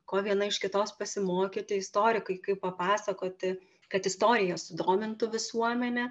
ko viena iš kitos pasimokyt tai istorikai kaip papasakoti kad istorija sudomintų visuomenę